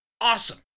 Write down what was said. Awesome